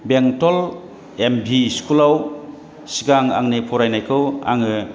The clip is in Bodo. बेंटल एमभि स्कुलाव सिगां आंनि फरायनायखौ आङो